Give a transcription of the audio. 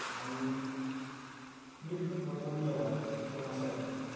आणि मीठ पण थोडं कमी हवं आहे चिकन मसाल्यात